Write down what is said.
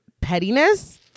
pettiness